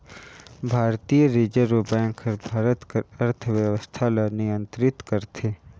भारतीय reserve bank हर भारत कर अर्थबेवस्था ल नियंतरित करथे